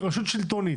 שהיא רשות שלטונית,